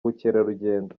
bukerarugendo